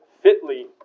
fitly